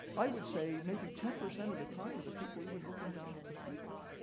i would say maybe ten percent of the time are the people even looking down at the field.